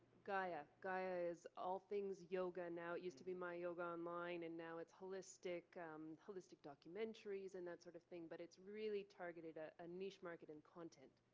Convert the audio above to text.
gaia. gaia is all things yoga now. it used to be my yoga online, and now it's holistic holistic documentaries and that sort of thing, but it's really targeted at ah a niche market in content.